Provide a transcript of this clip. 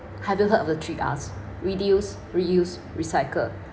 have you heard of the three Rs reduce reuse recycle